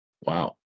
Wow